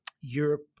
Europe –